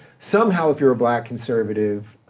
somehow if you're a black conservative,